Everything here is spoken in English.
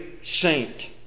saint